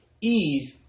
Eve